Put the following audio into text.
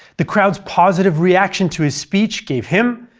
the crowd's positive reaction to his speech gave him,